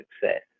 success